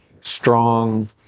strong